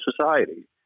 society